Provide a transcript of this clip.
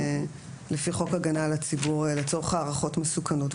חוק הגנה על הציבור לצורך הערכות מסוכנות.